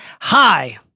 Hi